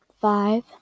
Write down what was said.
Five